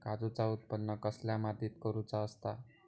काजूचा उत्त्पन कसल्या मातीत करुचा असता?